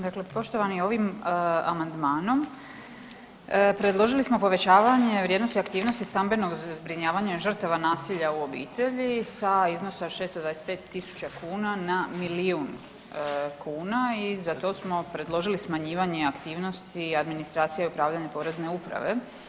Dakle poštovani, ovim amandmanom predložili smo povećavanje vrijednosti aktivnosti stambenog zbrinjavanja žrtava nasilja u obitelji sa iznosa od 625 tisuća kuna na milijun kuna i za to smo predložili smanjivanje aktivnosti i administracije upravljanja Porezne uprave.